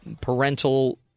parental